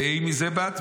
ואי מזה באת,